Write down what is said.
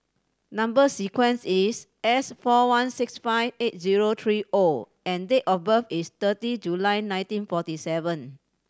number sequence is S four one six five eight zero three O and date of birth is thirty July nineteen forty seven